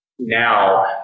now